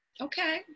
okay